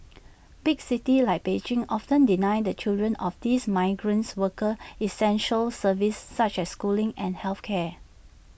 big cities like Beijing often deny the children of these migrants workers essential services such as schooling and health care